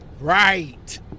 Right